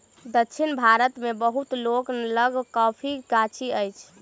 दक्षिण भारत मे बहुत लोक लग कॉफ़ीक गाछी अछि